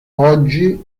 oggi